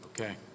okay